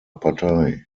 partei